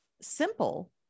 simple